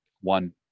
One